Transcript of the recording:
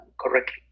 correctly